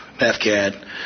MathCAD